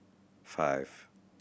five